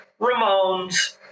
Ramones